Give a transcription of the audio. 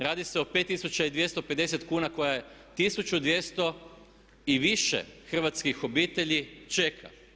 Radi se o 5250 kuna, koja je 1200 i više Hrvatskih obitelji čeka.